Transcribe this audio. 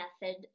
method